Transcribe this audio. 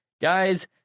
Guys